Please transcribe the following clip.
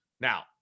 now